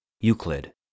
Euclid